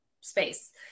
space